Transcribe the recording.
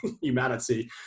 humanity